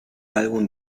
álbum